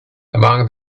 among